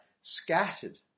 scattered